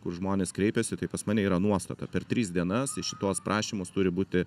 kur žmonės kreipiasi tai pas mane yra nuostata per tris dienas į šituos prašymus turi būti